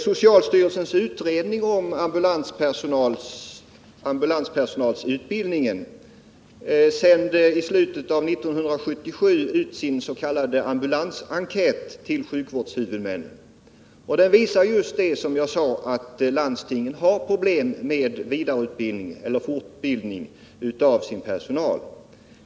Socialstyrelsens utredning om utbildning av ambulanspersonal sände i slutet av år 1977 ut sin s.k. ambulansenkät till sjukvårdshuvudmännen. Den visar just att landstingen har problem med fortbildningen av sin personal.